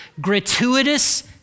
gratuitous